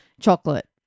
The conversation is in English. chocolate